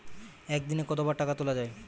একদিনে কতবার টাকা তোলা য়ায়?